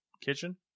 kitchen